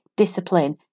Discipline